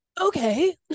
Okay